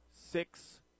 six